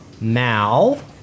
Mal